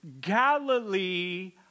Galilee